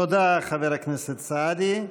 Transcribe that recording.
תודה, חבר הכנסת סעדי.